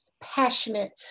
passionate